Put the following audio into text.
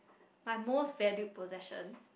my most valued possession